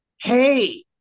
Hey